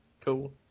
cool